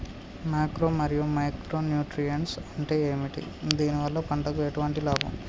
Macro మరియు micro nutrients అంటే ఏమిటి? దీనివల్ల పంటకు ఎటువంటి లాభం?